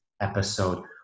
episode